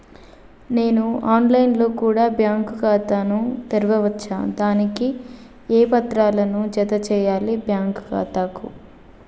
నేను online లో కూడా బ్యాంకు ఖాతా ను తెరవ వచ్చా? దానికి ఏ పత్రాలను జత చేయాలి బ్యాంకు ఖాతాకు?